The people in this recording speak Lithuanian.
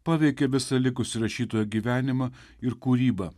paveikė visą likusį rašytojo gyvenimą ir kūrybą